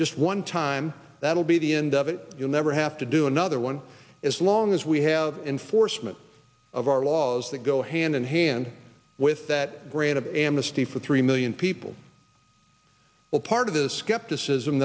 just one time that will be the end of it you'll never have to do another one as long as we have enforcement of our laws that go hand in hand with that brand of amnesty for three million people a part of the skepticism